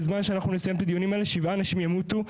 בזמן שאנחנו נסיים את הדיונים האלה 7 אנשים ימותו.